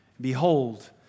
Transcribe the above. behold